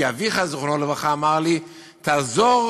כי אביך, זיכרונו לברכה, אמר לי: תעזור